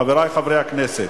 חברי חברי הכנסת,